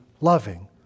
loving